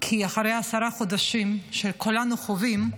כי אחרי עשרה חודשים שכולנו חווים,